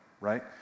right